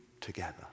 together